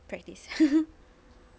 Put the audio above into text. practice